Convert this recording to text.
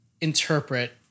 interpret